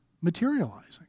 materializing